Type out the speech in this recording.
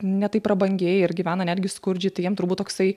ne taip prabangiai ir gyvena netgi skurdžiai tai jiem turbūt toksai